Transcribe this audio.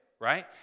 right